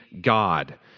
God